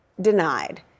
denied